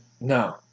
No